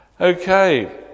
okay